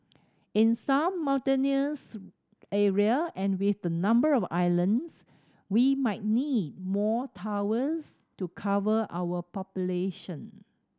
in some mountainous area and with the number of islands we might need more towers to cover our population